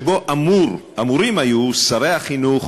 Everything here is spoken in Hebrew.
ולפיו אמורים היו שר החינוך